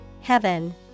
Heaven